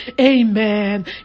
Amen